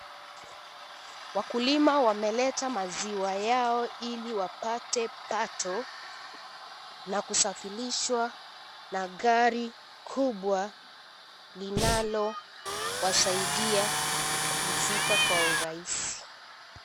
Wakulima wameleta maziwa yao ili wapate pato na kusafirishwa na gari kubwa linalowasaidia kufika kwa urahisi.